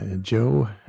joe